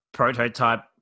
prototype